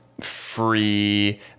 Free